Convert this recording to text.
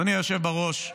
אדוני היושב בראש,